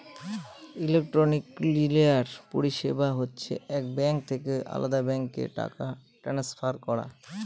electronic clearing পরিষেবা হচ্ছে এক ব্যাঙ্ক থেকে আলদা ব্যাঙ্কে টাকা ট্রান্সফার করা